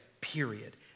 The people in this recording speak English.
period